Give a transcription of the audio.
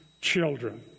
children